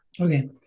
Okay